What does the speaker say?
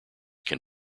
can